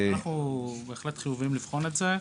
אנחנו בהחלט חיוביים לבחון את זה,